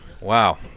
Wow